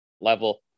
level